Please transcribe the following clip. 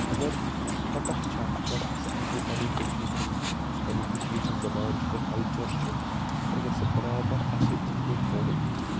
خَبَر پَتاہ چھا اَگر اسہِ آسہِ ہے پَنٕنۍ کٔشیٖرِ ہُند ہُس پننہِ کٔشیٖر ہِنٛز زَبان چھِ سو کَلچر چھُ ادٕ اگر سو بَرابر آسے تِتھ پٲٹھۍ تھومُت